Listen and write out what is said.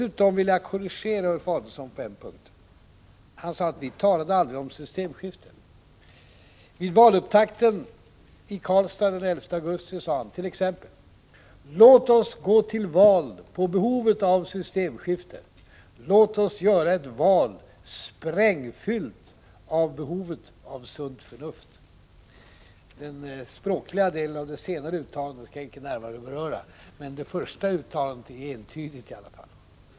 Vidare vill jag korrigera Ulf Adelsohn i ett avseende. Han sade: Vi talade aldrig om systemskifte. I valupptakten den 11 augusti sade han t.ex.: ”Låt oss gå till val på behovet av systemskifte. Låt oss göra ett val sprängfyllt av behovet av sunt förnuft.” Den språkliga utformningen av det senare uttalandet skall jag icke närmare beröra, men i varje fall det första uttalandet är entydigt.